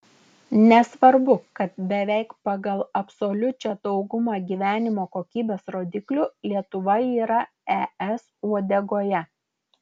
nesvarbu kad beveik pagal absoliučią daugumą gyvenimo kokybės rodiklių lietuva yra es uodegoje